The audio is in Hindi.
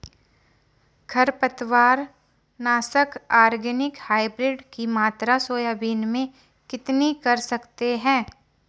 खरपतवार नाशक ऑर्गेनिक हाइब्रिड की मात्रा सोयाबीन में कितनी कर सकते हैं?